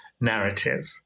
narrative